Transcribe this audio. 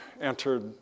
entered